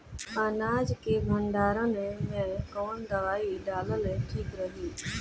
अनाज के भंडारन मैं कवन दवाई डालल ठीक रही?